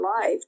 life